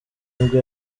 nibwo